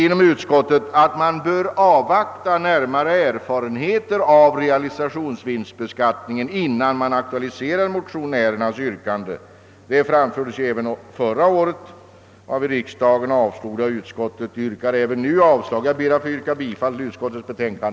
Inom utskottet anser vi att man bör avvakta närmare erfarenheter av realisationsvinstbeskattningen innan man aktualiserar motionärernas yrkande. Detta framfördes även förra året, varvid riksdagen avslog det. Utskottet avstyrker även nu bifall till motionerna. Jag ber att få yrka bifall till utskottets hemställan.